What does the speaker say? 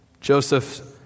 Joseph